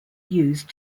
used